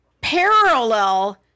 parallel